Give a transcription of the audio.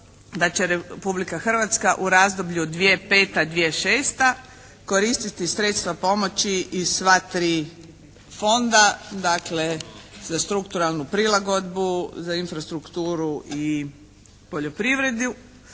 da će Republika Hrvatska u razdoblju 2005.-2006. koristiti sredstva pomoći iz sva tri fonda, dakle za strukturalnu prilagodbu, za infrastrukturu i poljoprivredu